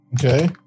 Okay